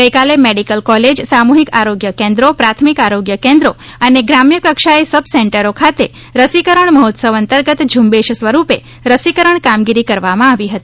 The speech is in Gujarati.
ગઈકાલે મેડીકલ કોલેજ સામુહિક આરોગ્ય કેંદ્રો પ્રાથમિક આરોગ્ય કેંદ્રો અને ગ્રામ્ય કક્ષાએ સબસેંટરો ખાતે રસીકરણ મહોત્સવ અંતર્ગત ઝુંબેશ સ્વરુપે રસિકરણ કામગીરી કરવામા આવી હતી